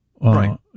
Right